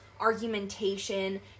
Argumentation